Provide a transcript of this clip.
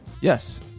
Yes